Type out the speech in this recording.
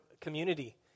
community